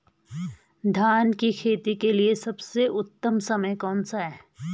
धान की खेती के लिए सबसे उत्तम समय कौनसा है?